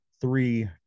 Three